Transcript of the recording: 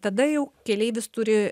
tada jau keleivis turi